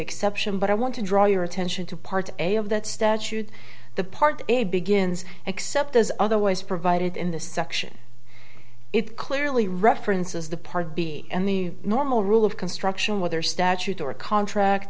exception but i want to draw your attention to part of that statute the part it begins except as otherwise provided in the section it clearly references the part b and the normal rule of construction whether statute or a contract